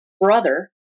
brother